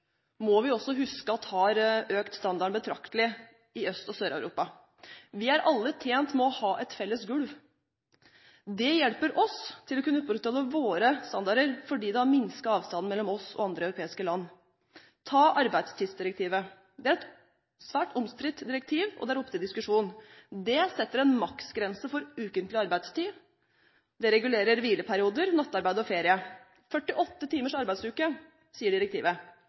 må huske på at de arbeidslivsrelaterte direktivene, som vi her hjemme kanskje kan klage over at ikke går langt nok, har økt standarden betraktelig i Øst- og Sør-Europa. Vi er alle tjent med å ha et felles gulv. Det hjelper oss til å kunne opprettholde våre standarder, fordi det minsker avstanden mellom oss og andre europeiske land. Ta arbeidstidsdirektivet: Det er et svært omstridt direktiv, og det er oppe til diskusjon. Det setter en maksgrense for ukentlig arbeidstid, det regulerer hvileperioder, nattarbeid og ferie